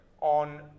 on